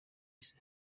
isi